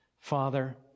Father